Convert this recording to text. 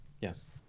Yes